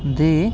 दे